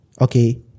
okay